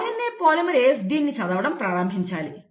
RNA polymerase దీన్ని చదవడం ప్రారంభించాలి